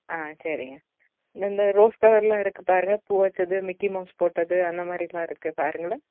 ஆ சரிங்க இந்த இந்த ரோஸ் கலரெலாம் இருக்குது பாருங்க பூ வைச்சது மிக்கி மவுஸ் போட்டது அந்தமாதிரிலாம் இருக்குது பாருங்களேன்